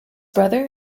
brother